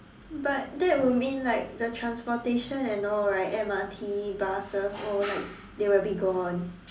but that would mean like the transportation and all right M_R_T buses all like they will be gone